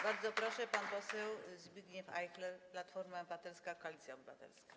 Bardzo proszę, pan poseł Zbigniew Ajchler, Platforma Obywatelska - Koalicja Obywatelska.